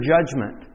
judgment